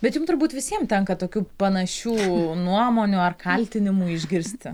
bet jum turbūt visiems tenka tokių panašių nuomonių ar kaltinimų išgirsti